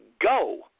go